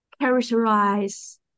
characterize